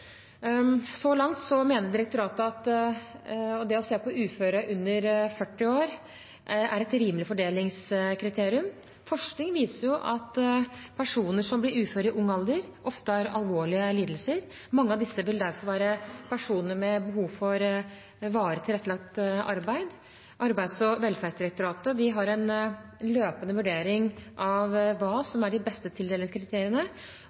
Så langt mener direktoratet at det å se på uføre under 40 år er et rimelig fordelingskriterium. Forskning viser at personer som blir uføre i ung alder, ofte har alvorlige lidelser. Mange av disse vil derfor være personer med behov for varig tilrettelagt arbeid. Arbeids- og velferdsdirektoratet har en løpende vurdering av hva